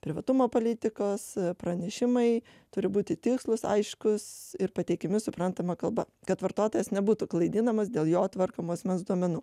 privatumo politikos pranešimai turi būti tikslūs aiškūs ir pateikiami suprantama kalba kad vartotojas nebūtų klaidinamas dėl jo tvarkomų asmens duomenų